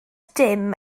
dim